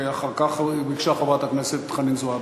ואחר כך ביקשה חברת הכנסת חנין זועבי.